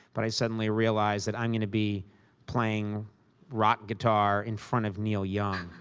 but i suddenly realized that i'm going to be playing rock guitar in front of neil young.